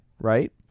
right